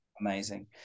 Amazing